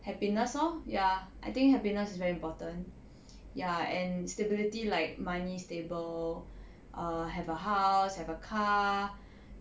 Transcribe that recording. happiness lor ya I think happiness is very important ya and stability like money stable err have a house have a car